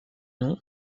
nom